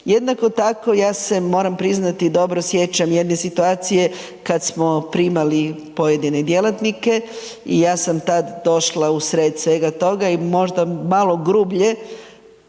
Jednako tako ja se moram priznati dobro sjećam jedne situacije kad smo primali pojedine djelatnike i ja sam tad došla u sred svega toga i možda malo grublje